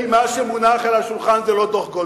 כי מה שמונח על השולחן זה לא דוח-גולדסטון.